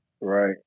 Right